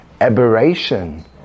aberration